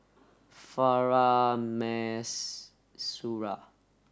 Farah Mas Suria